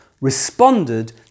responded